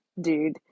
dude